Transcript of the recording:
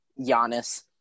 Giannis